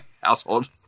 household